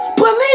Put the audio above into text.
Believe